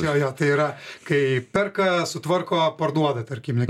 jo jo tai yra kai perka sutvarko parduoda tarkime